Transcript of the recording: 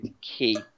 Key